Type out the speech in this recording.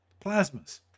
plasmas